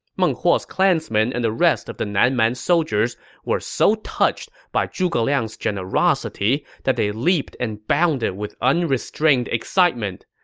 meng huo's clansmen and the rest of the nan man soldiers were so touched by his generosity that they leaped and bounded with unrestrained excitement.